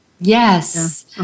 yes